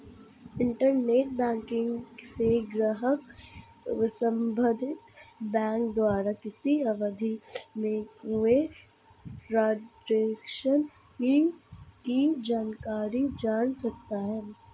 internet banking से ग्राहक संबंधित बैंक द्वारा किसी अवधि में हुए ट्रांजेक्शन की जानकारी जान सकता है